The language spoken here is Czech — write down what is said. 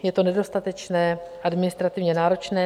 Je to nedostatečné, administrativně náročné.